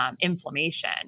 inflammation